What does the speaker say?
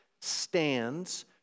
stands